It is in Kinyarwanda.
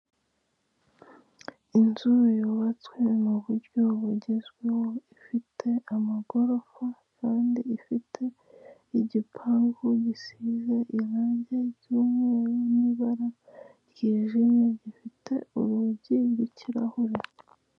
Inzu yubatswe m'uburyo bugezweho ifite amagorofa, kandi ifite igipangu gisize irangi ry,umweru n'ibara ryijimye gifite urugi rw'ikirahure.